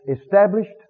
established